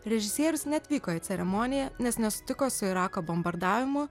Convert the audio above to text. režisierius neatvyko į ceremoniją nes nesutiko su irako bombardavimu